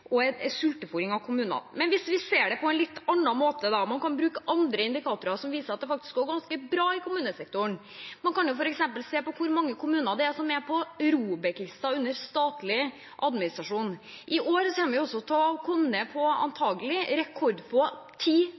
skiller et fantastisk budsjett fra et som er som sultefôring av kommunene. Men hvis vi ser det på en litt annen måte – man kan bruke andre indikatorer, som viser at det går ganske bra i kommunesektoren: Man kan f.eks. se på hvor mange kommuner som er på ROBEK-listen under statlig administrasjon. I år kommer vi antakelig til å komme ned til rekordfå ti kommuner på